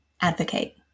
advocate